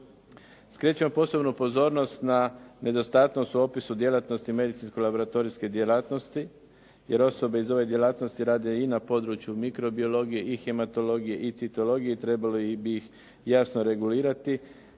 Skrećemo posebnu pozornost na nedostatnost u opisu djelatnosti medicinsko laboratorijske djelatnosti jer osobe iz ove djelatnosti rade i na području mikrobiologije, hematologije i citologije, trebali bi ih jasno regulirati